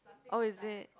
oh is it